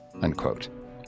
unquote